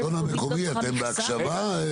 השלטון המקומי, אתם בהקשבה?